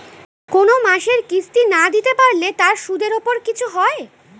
কোন মাসের কিস্তি না দিতে পারলে তার সুদের উপর কিছু হয়?